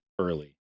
early